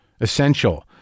essential